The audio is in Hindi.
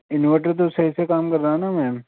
इन्वर्टर तो सही से काम कर रहा है न मैम